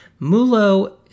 MULO